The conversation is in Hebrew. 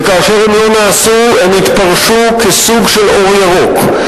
וכאשר הם לא נעשו הם התפרשו כסוג של אור ירוק,